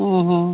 ଅଁ ହଁ